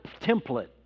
template